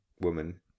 woman